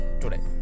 today